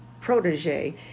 protege